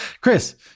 Chris